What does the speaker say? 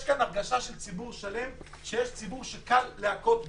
יש כאן הרגשה של ציבור שלם שיש ציבור שקל להכות בו,